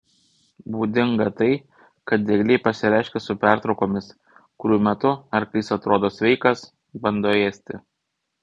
būdinga tai kad diegliai pasireiškia su pertraukomis kurių metu arklys atrodo sveikas bando ėsti